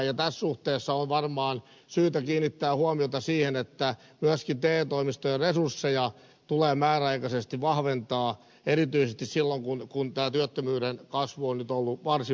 tässä suhteessa on varmaan syytä kiinnittää huomiota siihen että myöskin te toimistojen resursseja tulee määräaikaisesti vahventaa erityisesti silloin kun tämä työttömyyden kasvu on nyt ollut varsin voimakasta